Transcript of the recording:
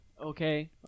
Okay